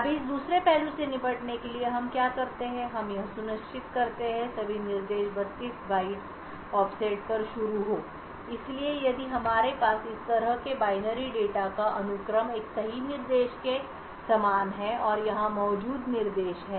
अब इस दूसरे पहलू से निपटने के लिए कि हम क्या करते हैं हम यह सुनिश्चित करते हैं कि सभी निर्देश 32 बाइट्स ऑफ़सेट पर शुरू हों इसलिए यदि हमारे पास इस तरह के बाइनरी डेटा का अनुक्रम एक सही निर्देश के समान है और यहाँ मौजूद निर्देश है